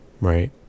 Right